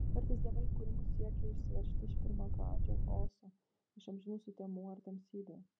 kartais dievai kūrimu siekia išsiveržti iš pirmapradžio chaoso iš amžinų sutemų ar tamsybių